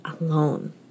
alone